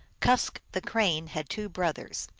kusk, the crane, had two brothers.